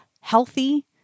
healthy